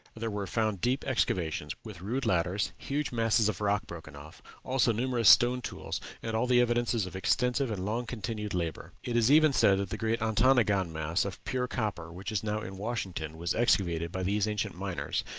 there were found deep excavations, with rude ladders, huge masses of rock broken off, also numerous stone tools, and all the evidences of extensive and long-continued labor. it is even said that the great ontonagon mass of pure copper which is now in washington was excavated by these ancient miners,